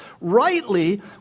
rightly